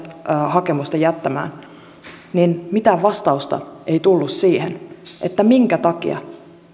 hakemusta jättämään niin mitään vastausta ei tullut siihen minkä takia